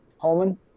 Holman